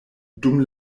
dum